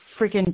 freaking